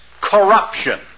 corruption